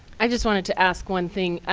i just wanted to ask one thing.